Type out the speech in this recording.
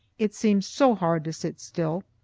it seemed so hard to sit still.